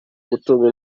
gutungwa